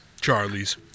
charlies